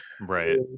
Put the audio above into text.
right